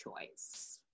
choice